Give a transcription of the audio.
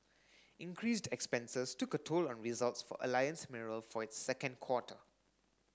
increased expenses took a toll on results for Alliance Mineral for its second quarter